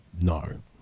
No